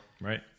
right